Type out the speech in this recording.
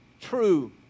true